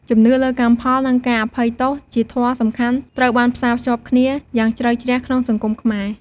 ជំនឿលើកម្មផល និងការអភ័យទោសជាធម៌សំខាន់ត្រូវបានផ្សារភ្ជាប់គ្នាយ៉ាងជ្រៅជ្រះក្នុងសង្គមខ្មែរ។